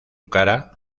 cara